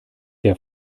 der